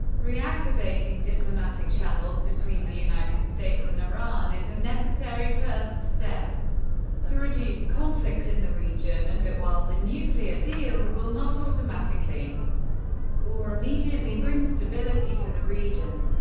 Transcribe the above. reactivating diplomatic channels between the united states and iran is a necessary first step to reduce conflict in the region, and that while the nuclear deal will not automatically or immediately bring stability to the region.